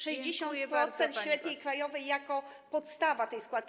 60% średniej krajowej jako podstawa tej składki.